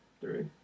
Three